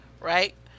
right